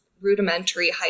rudimentary